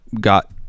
got